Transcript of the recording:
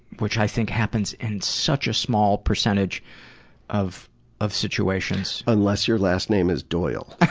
which i think happens in such a small percentage of of situations. unless your last name is doyle.